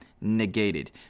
negated